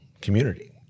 community